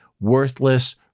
worthless